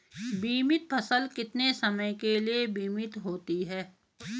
बीमित फसल कितने समय के लिए बीमित होती है?